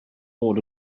bod